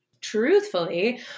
Truthfully